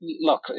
look